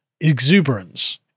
exuberance